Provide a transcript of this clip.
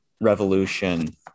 Revolution